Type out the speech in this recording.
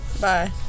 Bye